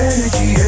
Energy